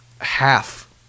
half